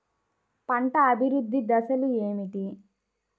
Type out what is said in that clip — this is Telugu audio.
పంట అభివృద్ధి దశలు ఏమిటి?